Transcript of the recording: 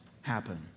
happen